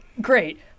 great